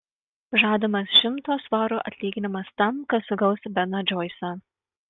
žadamas šimto svarų atlyginimas tam kas sugaus beną džoisą